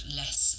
less